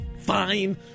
Fine